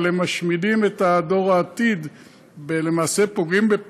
אבל הם משמידים את דור העתיד ולמעשה פוגעים בעצמם,